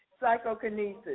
psychokinesis